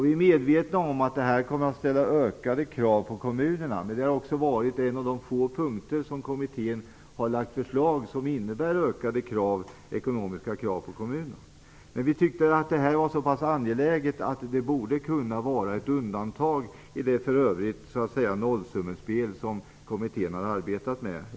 Vi är medvetna om att det kommer att ställa ökade krav på kommunerna, men det är också en av de få punkter i kommitténs förslag som innebär ökade ekonomiska krav på kommunerna. Vi tyckte att det här var så angeläget att det borde kunna vara ett undantag i det nollsummespel ekonomiskt sett som kommittén har arbetat med.